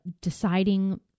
deciding